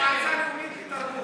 שרת התרבות, המועצה הלאומית לתרבות.